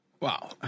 Wow